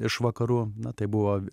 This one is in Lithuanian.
iš vakarų na tai buvo